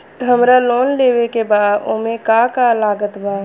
हमरा लोन लेवे के बा ओमे का का लागत बा?